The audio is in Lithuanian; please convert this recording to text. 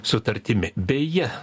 sutartimi beje